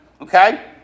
Okay